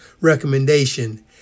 recommendation